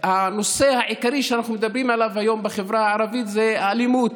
הנושא העיקרי שאנחנו מדברים עליו היום בחברה הערבית זה אלימות.